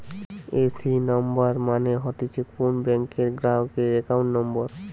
AC number মানে হতিছে কোন ব্যাংকের গ্রাহকের একাউন্ট নম্বর